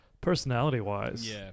personality-wise